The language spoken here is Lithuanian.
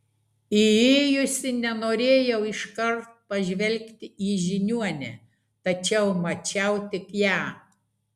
įėjusi nenorėjau iškart pažvelgti į žiniuonę tačiau mačiau tik ją